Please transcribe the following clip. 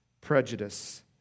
prejudice